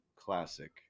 classic